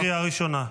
קריאה ראשונה.